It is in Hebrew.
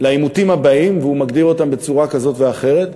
לעימותים הבאים והוא מגדיר אותם בצורה כזאת ואחרת,